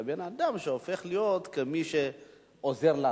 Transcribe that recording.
לבין אדם שהופך להיות כמי שעוזר לאסירים,